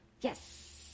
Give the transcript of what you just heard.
Yes